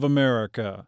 America